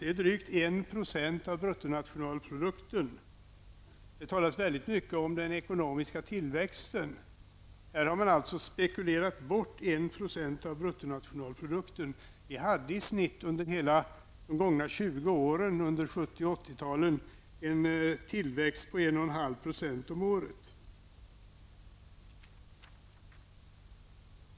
Det är drygt en procent av bruttonationalprodukten. Det talas väldigt mycket om den ekonomiska tillväxten. Här har man spekulerat bort en procent av bruttonationalprodukten, medan vi under de gångna 20 åren, under 1970 och 1980-talen har haft en tillväxt på i genomsnitt 1,5 % om året.